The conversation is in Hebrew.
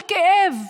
כל כאב,